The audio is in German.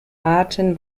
arten